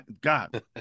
God